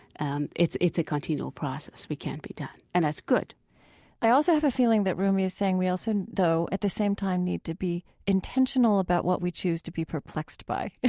and it's it's a continual process. we can't be done, and that's good i also have a feeling that rumi is saying we also, though, at the same time need to be intentional about what we choose to be perplexed by. yeah